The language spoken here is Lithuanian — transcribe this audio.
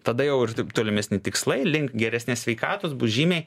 tada jau ir taip tolimesni tikslai link geresnės sveikatos bus žymiai